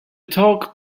talk